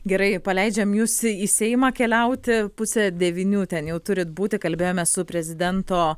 gerai paleidžiam jus į seimą keliauti pusę devynių ten jau turit būti kalbėjome su prezidento